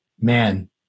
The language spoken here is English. man